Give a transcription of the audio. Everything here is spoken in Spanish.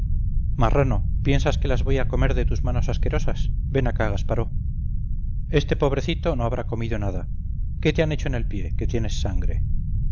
marrano piensas que las voy a comer de tus manos asquerosas ven acá gasparó este pobrecito no habrá comido nada qué te han hecho en el pie que tienes sangre